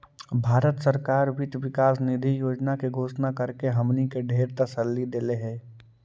भारत सरकार वित्त विकास निधि योजना के घोषणा करके हमनी के ढेर तसल्ली देलई हे